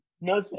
No